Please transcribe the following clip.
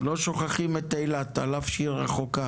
לא שוכחים את אילת על אף שהיא רחוקה.